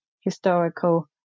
historical